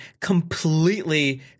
completely